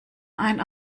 ein